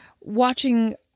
Watching